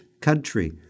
country